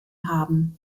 haben